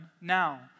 now